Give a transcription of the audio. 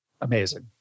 amazing